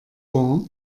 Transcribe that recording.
war